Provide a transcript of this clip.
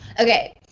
Okay